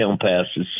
passes